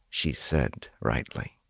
she said rightly.